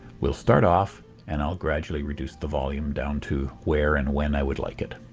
we'll start off and i'll gradually reduce the volume down to where and when i would like it.